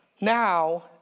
Now